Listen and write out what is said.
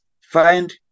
Find